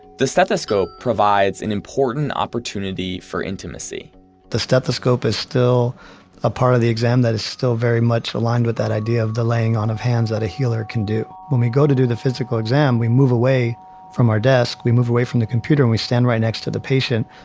the stethoscope provides an important opportunity for intimacy the stethoscope is still a part of the exam that is still very much aligned with that idea of the laying on of hands that a healer can do. when we go to do the physical exam, we move away from our desk, we move away from the computer and we stand right next to the patient,